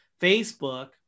Facebook